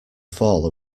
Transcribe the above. fall